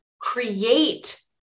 create